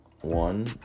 One